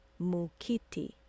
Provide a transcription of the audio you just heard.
Mukiti